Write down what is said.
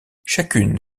chacune